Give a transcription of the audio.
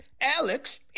Alex